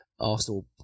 Arsenal